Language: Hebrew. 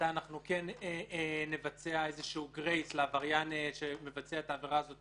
מתי נבצע גרייס לעבריין שמבצע את העבירה הזאת